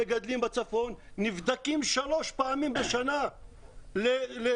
המגדלים בצפון נבדקים שלוש פעמים בשנה לסלמונלה.